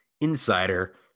insider